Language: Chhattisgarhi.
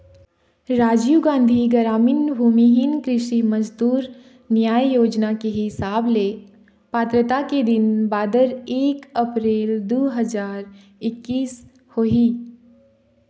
राजीव गांधी गरामीन भूमिहीन कृषि मजदूर न्याय योजना के हिसाब ले पात्रता के दिन बादर एक अपरेल दू हजार एक्कीस होही